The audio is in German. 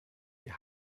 die